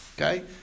Okay